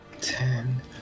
ten